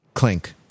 Clink